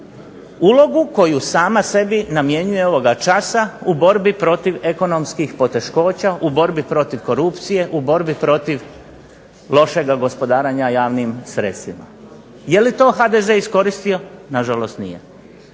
ulogu koju sama sebi namjenjuje ovoga časa u borbi protiv ekonomskih poteškoća, u borbi protiv korupcije, u borbi protiv lošega gospodarenja javnim sredstvima. Je li to HDZ iskoristio? Na žalost nije.